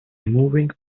moving